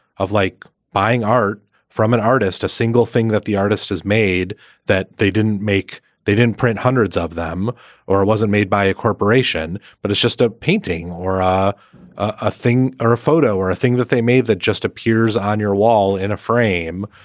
of like buying art from an artist, a single thing that the artist has made that they didn't make they didn't print hundreds of them or it wasn't made by a corporation. but it's just a painting or a a thing or a photo or a thing that they made that just appears on your wall in a frame.